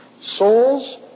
Souls